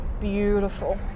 beautiful